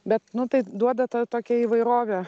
bet nu tai duoda tą tokią įvairovę